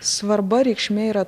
svarba reikšmė yra